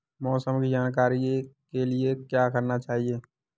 मौसम की जानकारी के लिए क्या करना चाहिए?